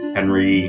Henry